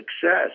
success